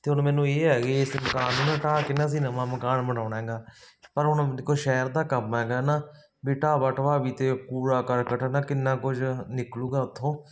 ਅਤੇ ਹੁਣ ਮੈਨੂੰ ਇਹ ਹੈ ਕਿ ਇਸ ਮਕਾਨ ਨੂੰ ਨਾ ਢਾਹ ਕੇ ਨਾ ਅਸੀਂ ਨਵਾਂ ਮਕਾਨ ਬਣਾਉਣਾ ਹੈਗਾ ਪਰ ਹੁਣ ਦੇਖੋ ਸ਼ਹਿਰ ਦਾ ਕੰਮ ਹੈਗਾ ਨਾ ਵੀ ਢਬਾ ਢਵਾ ਵੀ ਅਤੇ ਕੂੜਾ ਕਰਕਟ ਹੈ ਨਾ ਕਿੰਨਾ ਕੁਝ ਨਿਕਲੂਗਾ ਉਥੋਂ